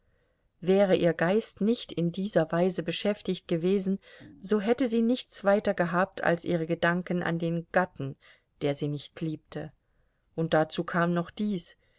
wäre ihr geist nicht in dieser weise beschäftigt gewesen so hätte sie nichts weiter gehabt als ihre gedanken an den gatten der sie nicht liebte und dazu kam noch dies